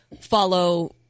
follow